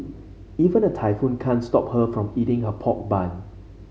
even a typhoon can't stop her from eating her pork bun